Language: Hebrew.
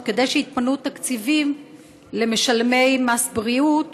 כדי שיתפנו תקציבים למשלמי מס בריאות?